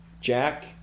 Jack